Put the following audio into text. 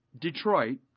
Detroit